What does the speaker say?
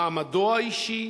מעמדו האישי,